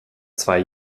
zwei